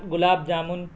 gulab jamun